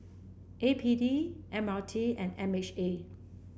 A P D M R T and M H A